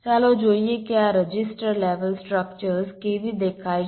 ચાલો જોઈએ કે આ રજિસ્ટર લેવલ સ્ટ્રક્ચર્સ કેવી દેખાય છે